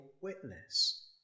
witness